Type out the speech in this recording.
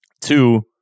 Two